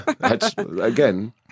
Again